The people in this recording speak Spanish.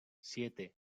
siete